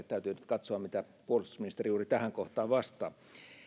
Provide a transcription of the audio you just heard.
täytyy nyt katsoa mitä puolustusministeri juuri tähän kohtaan vastaa